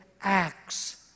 acts